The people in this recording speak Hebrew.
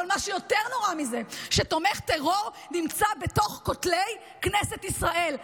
אבל מה שיותר נורא מזה הוא שתומך טרור נמצא בתוך כותלי כנסת ישראל.